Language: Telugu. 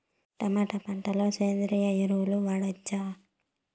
టమోటా పంట లో సేంద్రియ ఎరువులు వాడవచ్చా?